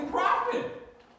profit